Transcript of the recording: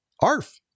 ARF